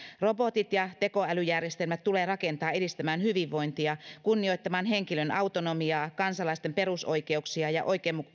robotit ja tekoälyjärjestelmät tulee rakentaa edistämään hyvinvointia kunnioittamaan henkilön autonomiaa kansalaisten perusoikeuksia ja